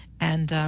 and,